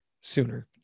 sooner